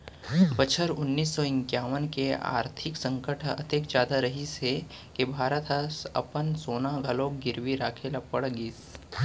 बछर उन्नीस सौ इंकावन के आरथिक संकट ह अतेक जादा रहिस हे के भारत ह अपन सोना घलोक गिरवी राखे ल पड़ गिस